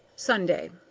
sunday.